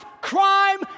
crime